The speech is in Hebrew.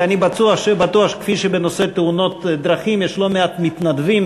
ואני בטוח שכפי שבנושא תאונות דרכים יש לא מעט מתנדבים,